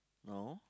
no